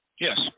Yes